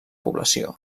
població